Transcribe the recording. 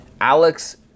Alex